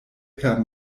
per